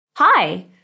Hi